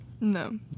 No